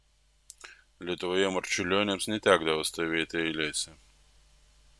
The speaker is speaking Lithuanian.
lietuvoje marčiulioniams netekdavo stovėti eilėse